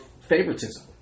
favoritism